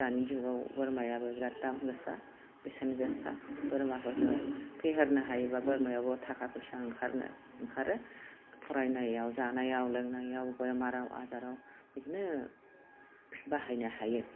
दानि जुगाव बोरमायाबो बिरात दाम गोसा बेसेन गोसा बोरमाफोरखौ फेहेरनो हायोबा बोरमायावनो थाखा फैसा ओंखारनो ओंखारो फरायनायाव जानायाव लोंनायाव बेमाराव आजाराव बिदिनो बाहायनो हायो